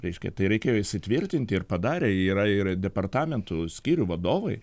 reiškia tai reikėjo įsitvirtinti ir padarė yra ir departamentų skyrių vadovai